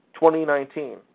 2019